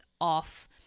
off